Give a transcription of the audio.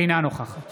אינה נוכחת